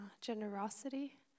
generosity